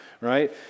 right